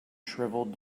shriveled